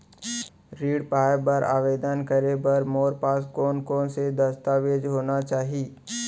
ऋण पाय बर आवेदन करे बर मोर पास कोन कोन से दस्तावेज होना चाही?